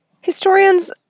historians